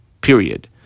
Period